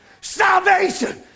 Salvation